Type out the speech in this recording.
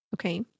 Okay